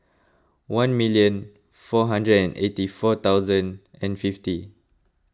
one million four hundred and eighty four thousand and fifty